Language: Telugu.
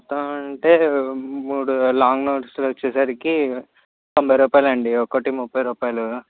మొత్తం అంటే మూడు లాంగ్ నోట్సులు వచ్చే సరికి తొంభై రుపాయలు అండి ఒకటి ముప్పై రుపాయలు